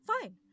Fine